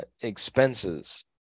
expenses